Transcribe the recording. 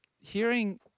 Hearing